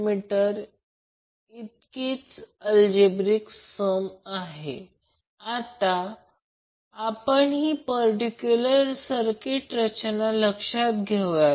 तर येथे star connected लोडचा इम्पेडन्स 8 j 6 Ω आहे आणि line to line voltage 208V आहे आपल्याला W1 W2 आणि PT आणि QT शोधावे लागेल